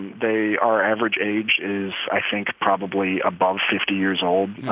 they our average age is, i think, probably above fifty years old.